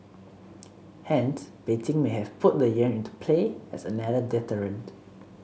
hence Beijing may have put the yuan into play as another deterrent